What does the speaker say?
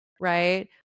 Right